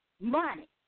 money